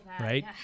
Right